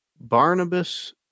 Barnabas